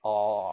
orh